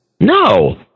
no